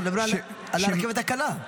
אנחנו מדברים על הרכבת הקלה.